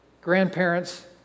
grandparents